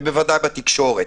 ובוודאי בתקשורת.